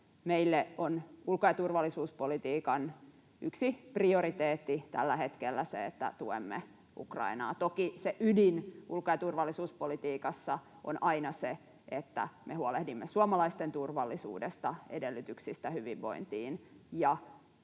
Meille on ulko- ja turvallisuuspolitiikan yksi prioriteetti tällä hetkellä se, että tuemme Ukrainaa. Toki se ydin ulko- ja turvallisuuspolitiikassa on aina se, että me huolehdimme suomalaisten turvallisuudesta ja edellytyksistä hyvinvointiin ja